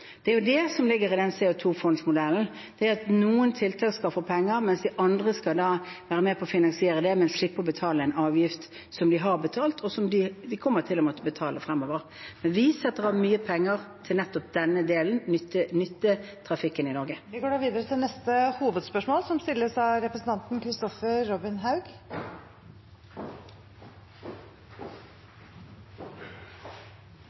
Det er det som ligger i den CO2-fondsmodellen. Noen tiltak skal få penger, mens de andre skal være med på å finansiere det, men slippe å betale en avgift som de har betalt, og som de kommer til å måtte betale fremover. Men vi setter av mye penger til nettopp denne delen: nyttetrafikken i Norge. Vi gå da videre til neste hovedspørsmål. Som